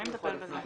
מי מטפל בזה?